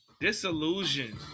Disillusion